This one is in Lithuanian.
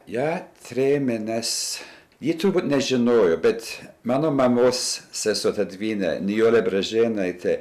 ją trėmė nes ji turbūt nežinojo bet mano mamos sesuo ta dvynė nijolė bražėnaitė